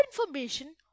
information